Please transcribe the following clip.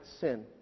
sin